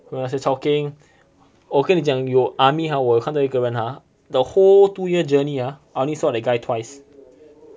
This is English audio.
那些 chao keng 我跟你讲有 army ha 我又看到一个人 ha the whole two year journey ah I only saw that guy twice